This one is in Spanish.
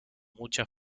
mucha